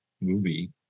movie